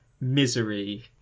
misery